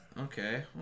Okay